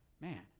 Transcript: Man